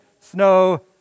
snow